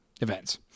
events